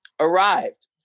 arrived